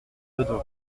meudon